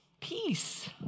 Peace